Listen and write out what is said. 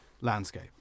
landscape